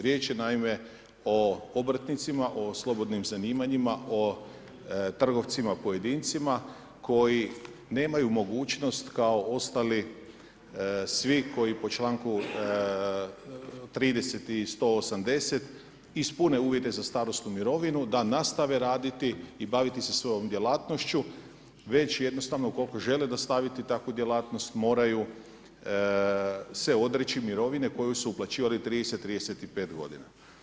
Riječ je naime o obrtnicima, o slobodnim zanimanjima, o trgovcima pojedincima koji nemaju mogućnost kao ostali svi koji po članku 30. i 180. ispune uvjete za starosnu mirovinu da nastave raditi i baviti se svojom djelatnošću već jednostavno ukoliko žele ... takvu djelatnost moraju se odreći mirovine koju su uplaćivali 30, 35 godina.